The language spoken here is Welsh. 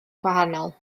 gwahanol